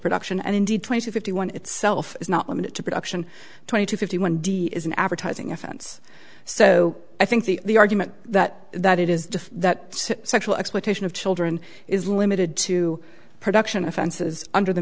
production and indeed twenty to fifty one itself is not limited to production twenty to fifty one d is an advertising offense so i think the argument that that it is just that sexual exploitation of children is limited to production offenses under the